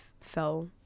fell